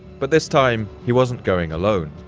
but this time, he wasn't going alone.